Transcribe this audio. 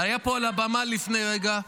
היה פה על הבמה לפני רגע.